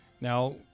Now